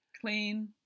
clean